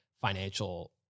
financial